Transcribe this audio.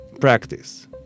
practice